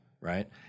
right